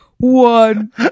One